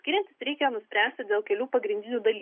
skiriantis reikia nuspręsti dėl kelių pagrindinių dalykų